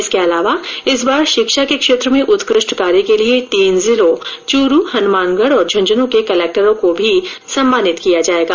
इसके अलावा इस बार शिक्षा के क्षेत्र में उत्कृष्ट कार्य के लिए तीन जिलों चुरू हनुमानगढ और झुन्झुनूं के कलेक्टरों को भी सम्मानित किया जाएगा